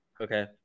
Okay